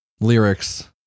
lyrics